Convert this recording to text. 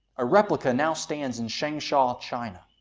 a replica now stands in changsha, china.